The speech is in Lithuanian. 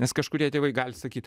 nes kažkurie tėvai gali sakyt